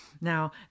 Now